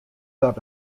dat